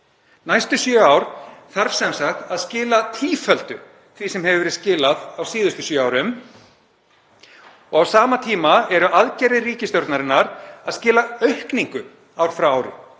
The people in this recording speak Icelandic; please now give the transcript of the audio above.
Næstu sjö ár þarf sem sagt að skila tíföldu því sem hefur verið skilað á síðustu sjö árum og á sama tíma eru aðgerðir ríkisstjórnarinnar að skila aukningu ár frá ári.